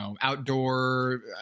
outdoor